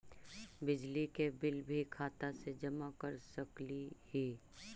बिजली के बिल भी खाता से जमा कर सकली ही?